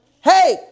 hey